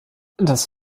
das